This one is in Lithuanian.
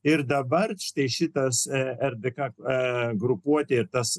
ir dabar štai šitas grupuotė ir tas